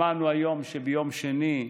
שמענו היום שביום שני,